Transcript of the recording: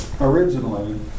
originally